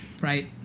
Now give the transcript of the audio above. right